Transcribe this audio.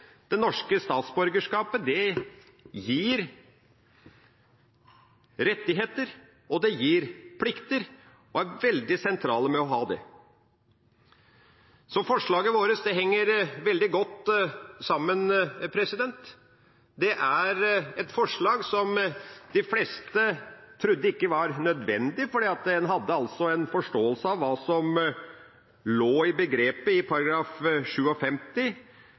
gir plikter – og det er det veldig sentrale med å ha det. Så forslaget vårt henger veldig godt sammen. Det er et forslag som de fleste ikke trodde var nødvendig, fordi en hadde en forståelse av hva som lå i begrepet i